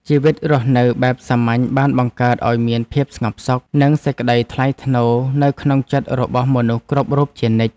ជីវិតរស់នៅបែបសាមញ្ញបានបង្កើតឱ្យមានភាពស្ងប់សុខ និងសេចក្ដីថ្លៃថ្នូរនៅក្នុងចិត្តរបស់មនុស្សគ្រប់រូបជានិច្ច។